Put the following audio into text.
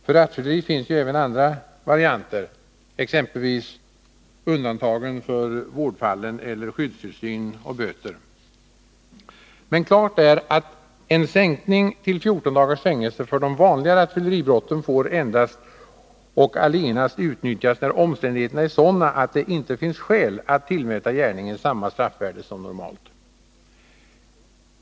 För rattfylleri finns ju även andra varianter, exempelvis undantagen för vårdfallen eller skyddstillsyn och böter. Men klart är att en sänkning till 14 dagars fängelse för de vanliga rattfylleribrotten får utnyttjas endast och allenast när omständigheterna är sådana att det inte finns skäl att tillmäta gärningen samma straffvärde som normalt.